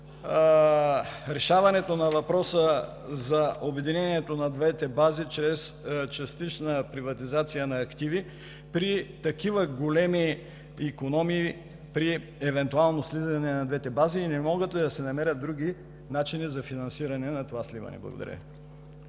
решаването на въпроса за обединението на двете бази чрез частична приватизация на активи при такива големи икономии при евентуално сливане на двете база и не могат ли да се намерят други начини за финансиране на това сливане? Благодаря